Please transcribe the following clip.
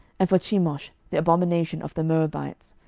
and for chemosh the abomination of the moabites,